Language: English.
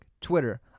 Twitter